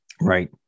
Right